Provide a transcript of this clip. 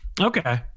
okay